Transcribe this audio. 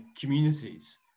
communities